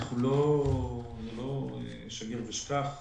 זה לא שגר ושכח.